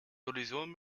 kollision